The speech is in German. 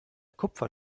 kupfer